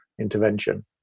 intervention